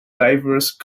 diverse